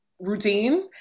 routine